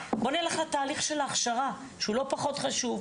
אם נלך לתהליך של ההכשרה שהוא לא פחות חשוב,